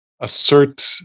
assert